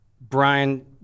Brian